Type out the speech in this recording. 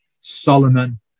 Solomon